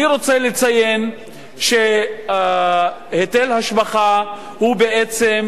אני רוצה לציין שהיטל ההשבחה בעצם